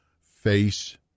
face